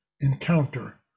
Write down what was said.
encounter